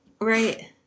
Right